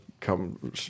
come